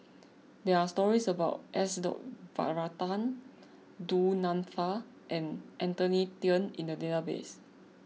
there are stories about S dot Varathan Du Nanfa and Anthony then in the database